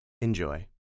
Enjoy